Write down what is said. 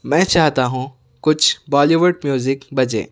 میں چاہتا ہوں کچھ بولی ووڈ میوزک بجے